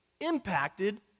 impacted